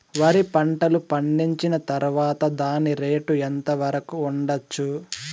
వరి పంటలు పండించిన తర్వాత దాని రేటు ఎంత వరకు ఉండచ్చు